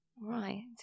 Right